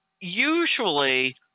usually